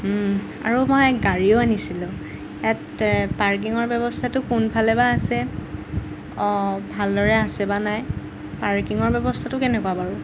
আৰু মই গাড়ীও আনিছিলোঁ ইয়াত পাৰ্কিঙৰ ব্যৱস্থাটো কোনফালে বা আছে অঁ ভালদৰে আছে বা নাই পাৰ্কিঙৰ ব্যৱস্থাটো কেনেকুৱা বাৰু